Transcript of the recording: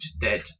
dead